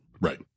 Right